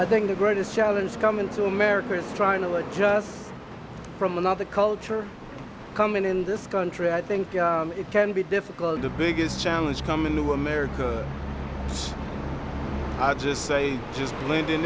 i think the greatest challenge is coming to america is trying to like just from another culture coming in this country i think it can be difficult the biggest challenge coming to america i just say i just lived in